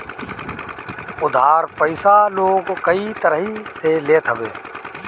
उधार पईसा लोग कई तरही से लेत हवे